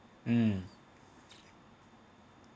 um